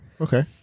Okay